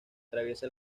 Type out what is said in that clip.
atraviesa